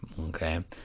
okay